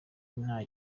nta